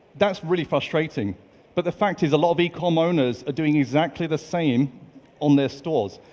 that's really frustrating but the fact is a lot of ecom owners are doing exactly the same on their stores.